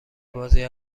بازی